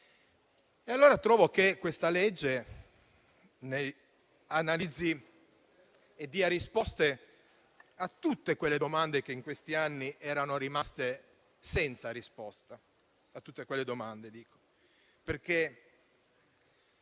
di legge in esame analizzi e dia risposte a tutte quelle domande che in questi anni erano rimaste senza risposta, perché